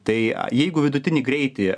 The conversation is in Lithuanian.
tai jeigu vidutinį greitį